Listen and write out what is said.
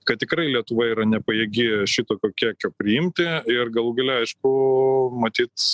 kad tikrai lietuva yra nepajėgi šitokio kiekio priimti ir galų gale aišku matyt